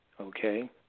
Okay